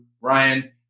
Ryan